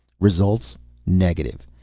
results negative.